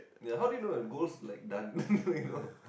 ya how do you know if gold's like done you know